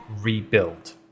rebuild